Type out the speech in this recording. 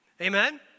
Amen